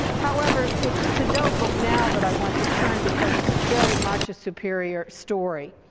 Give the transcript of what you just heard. however, it's to don't look now that i want to turn because it's very much a superior story.